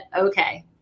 okay